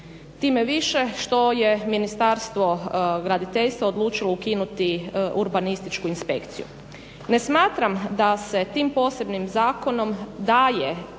time više što je Ministarstvo graditeljstva odlučilo ukinuti urbanističku inspekciju. Ne smatram da se tim posebnim zakonom daje